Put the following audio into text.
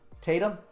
Tatum